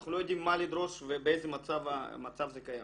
אנחנו לא יודעים מה לדרוש ובאיזה מצב זה קיים.